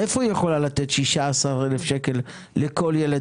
מאיפה היא יכולה לתת 16,000 שקל לכל ילד